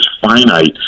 finite